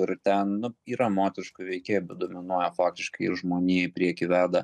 ir ten nu yra moteriškų veikėjų dominuoja faktiškai ir žmoniją į priekį veda